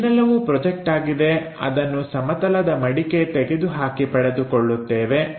ಏನೆಲ್ಲವೂ project ಆಗಿದೆ ಅದನ್ನು ಸಮತಲದ ಮಡಿಕೆ ತೆಗೆದುಹಾಕಿ ಪಡೆದುಕೊಳ್ಳುತ್ತೇವೆ